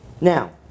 Now